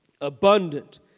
Abundant